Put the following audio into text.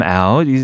out